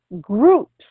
groups